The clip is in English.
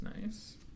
nice